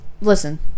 Listen